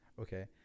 Okay